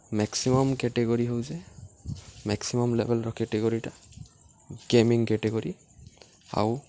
maximum category ହଉଚେ maximum ଲେଭେଲ୍ର କେଟେଗୋରିଟା ଗେମିଂ କ୍ୟାଟେଗୋରି ଆଉ